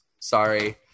Sorry